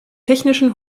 technischen